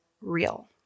real